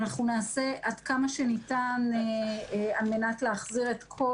ואנחנו נעשה עד כמה שניתן על מנת להחזיר את כל